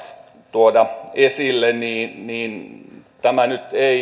tuoda esille niin niin tämä nyt ei